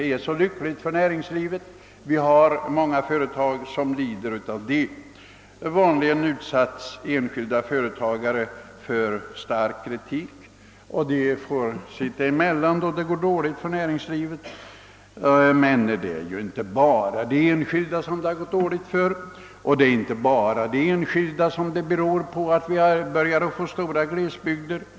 Vi har ju sådana skatter på vissa områden, och många företag lider av dem. Vanligt är också att enskilda företag utsättes för stark kritik när det går dåligt för näringslivet, men det är inte bara enskilda företag som det går dåligt för. Det är inte bara på dem det beror att vi börjar få stora glesbygdsområden i landet.